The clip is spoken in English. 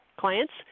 clients